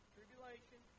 Tribulation